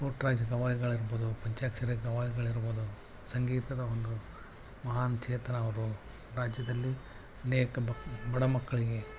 ಪುಟ್ರಾಜ ಗವಾಯಿಗಳಾಗಿರ್ಬೊದು ಪಂಚಾಕ್ಷರಿ ಗವಾಯಿಗಳಿರ್ಬೊದು ಸಂಗೀತದ ಒಂದು ಮಹಾನ್ ಚೇತನ ಅವರು ರಾಜ್ಯದಲ್ಲಿ ಅನೇಕ ಬಡ ಮಕ್ಕಳಿಗೆ